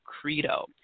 credo